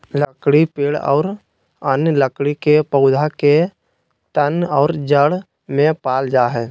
लकड़ी पेड़ और अन्य लकड़ी के पौधा के तन और जड़ में पाल जा हइ